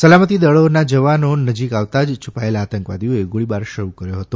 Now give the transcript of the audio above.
સલામતી દળોના જવાનો નજીક આવતા જ છુપાયેલા આતંકવાદીઓએ ગોળીબાર શરૂ કર્યો હતો